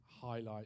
highlight